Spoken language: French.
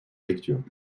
lecture